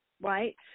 right